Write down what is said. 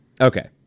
Okay